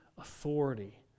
authority